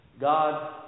God